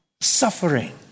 suffering